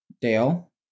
Dale